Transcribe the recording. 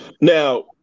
Now